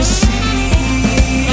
see